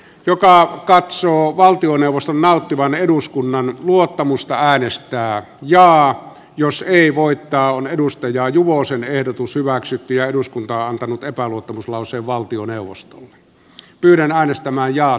jokela katsoo valtioneuvoston nauttivan eduskunnan luottamusta äänestään ja jos ei voi talon edustaja juvosen ehdotus hyväksytty ja eduskunta antanut epäluottamuslause valtioneuvostolle yhden äänestämään ja